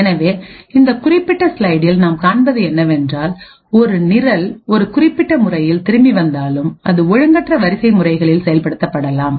எனவே இந்த குறிப்பிட்ட ஸ்லைடில் நாம் காண்பது என்னவென்றால் ஒரு நிரல் ஒரு குறிப்பிட்ட முறையில் திரும்பி வந்தாலும் அது ஒழுங்கற்ற வரிசை முறைகளில் செயல்படுத்தப்படலாம்